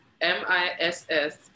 M-I-S-S